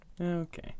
Okay